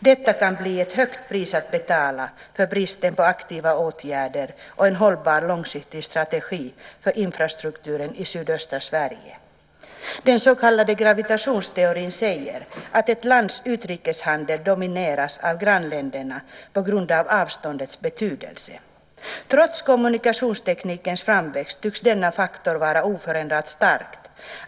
Detta kan bli ett högt pris att betala för bristen på aktiva åtgärder och en långsiktigt hållbar strategi för infrastrukturen i sydöstra Sverige. Den så kallade gravitationsteorin säger att ett lands utrikeshandel domineras av grannländerna på grund av avståndets betydelse. Trots kommunikationsteknikens framväxt tycks denna faktor vara oförändrat stark.